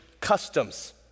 customs